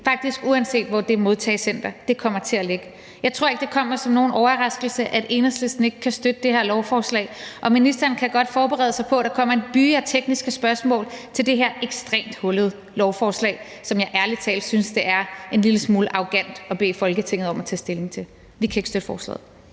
faktisk uanset hvor det modtagecenter kommer til at ligge. Jeg tror ikke, at det kommer som nogen overraskelse, at Enhedslisten ikke kan støtte det her lovforslag. Ministeren kan godt forberede sig på, at der kommer en byge at tekniske spørgsmål til det her ekstremt hullede lovforslag, som jeg ærlig talt synes er en lille smule arrogant at bede Folketinget om at tage stilling til. Vi kan ikke støtte forslaget.